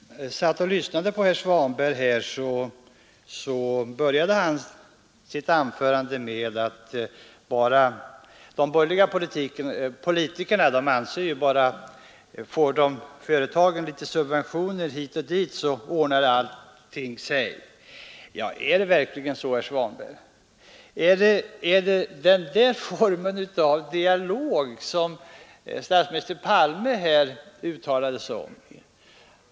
Herr Svanberg började sitt anförande med att de borgerliga politikerna bara ansåg att om företagen får litet subventioner hit och dit så ordnar sig allting. Är det verkligen så, herr Svanberg? Är det den formen av dialog som statsminister Palme avsåg?